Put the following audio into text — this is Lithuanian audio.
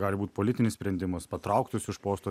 gali būt politinis sprendimus patraukt jus iš posto